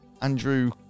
Andrew